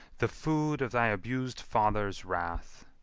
the food of thy abused father's wrath!